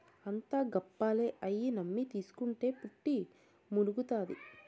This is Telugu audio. అంతా గప్పాలే, అయ్యి నమ్మి తీస్కుంటే పుట్టి మునుగుతాది